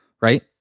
right